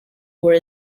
were